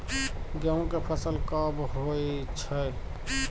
गेहूं के फसल कब होय छै?